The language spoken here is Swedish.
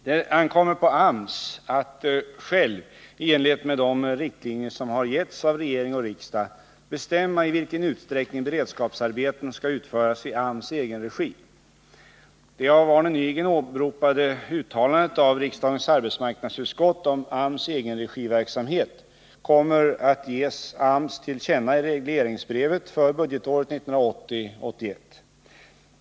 Det ankommer på AMS att själv —i enlighet med de riktlinjer som har getts av regering och riksdag — bestämma i vilken utsträckning beredskapsarbeten skall utföras i AMS egenregi. Det av Arne Nygren åberopade uttalandet av riksdagens arbetsmarknadsutskott om AMS egenregiverksamhet kommer att ges AMS till känna i regleringsbrevet för budgetåret 1980/81.